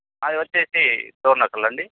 మాది వచ్చేసి డోర్నకల్ అండి